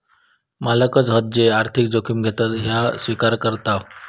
मालकच हत जे आर्थिक जोखिम घेतत ह्या स्विकार करताव